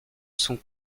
son